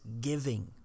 giving